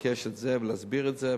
לבקש את זה ולהסביר את זה,